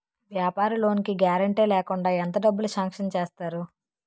వ్యాపార లోన్ కి గారంటే లేకుండా ఎంత డబ్బులు సాంక్షన్ చేస్తారు?